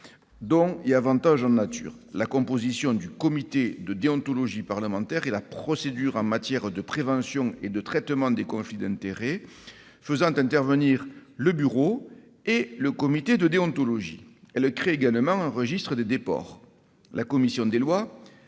dons et avantages en nature, la composition du comité de déontologie parlementaire et la procédure en matière de prévention et de traitement des conflits d'intérêts, faisant intervenir le bureau et le comité de déontologie. Elle crée également un registre des déports. La commission des lois,